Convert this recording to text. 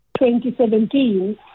2017